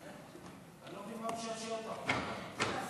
אני לא מבין מה משעשע אותך כל כך.